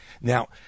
Now